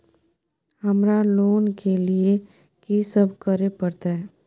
हमरा लोन के लिए की सब करे परतै?